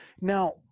Now